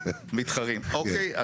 אוקיי.